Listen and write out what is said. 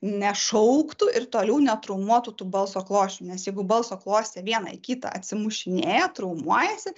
nešauktų ir toliau netraumuotų tų balso klosčių nes jeigu balso klostė vieną į kitą atsimušinėja traumuojasi